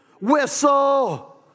whistle